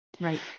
Right